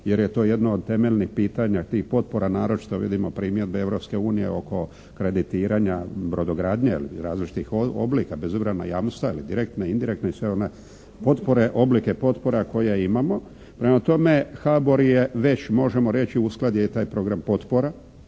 jer je to jedno od temeljnih pitanja tih potpora. Naročito vidimo primjedbe Europske unije oko kreditiranja brodogradnje različitih oblika bez obzira na javnu stvar direktne ili indirektne i sve one potpore, oblike potpora koje imamo. Prema tome, HBOR je već možemo reći uskladio taj program potpora